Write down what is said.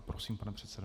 Prosím, pane předsedo.